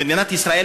מדינת ישראל,